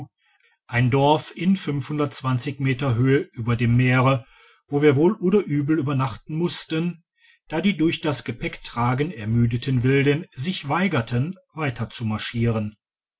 ein dorf in meter höhe über dem meere wo wir wohl oder übel übernachten mussten da die durch das gepäcktragen ermüdeten wilden sich weigerten weiter zu marschieren